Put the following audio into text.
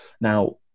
now